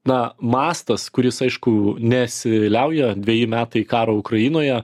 na mastas kuris aišku nesiliauja dveji metai karo ukrainoje